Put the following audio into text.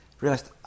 realized